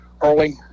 early